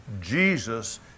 Jesus